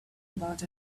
about